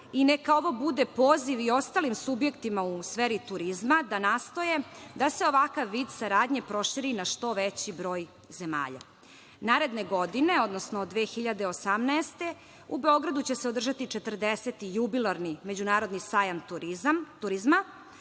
i neka ovo bude poziv i ostalim subjektima u sferi turizma da nastoje da se ovakav vid saradnje proširi na što veći broj zemalja. Naredne godine, odnosno 2018, u Beogradu će se održati 40 jubilarni međunarodni sajam turizma,